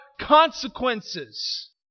consequences